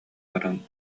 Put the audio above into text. баран